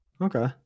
okay